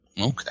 Okay